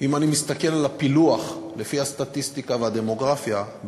אם אני מסתכל על הפילוח לפי הסטטיסטיקה והדמוגרפיה,